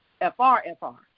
F-R-F-R